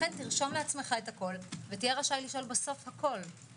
לכן תרשום הכול ותהיה רשאי לשאול הכול בסוף.